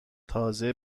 تازه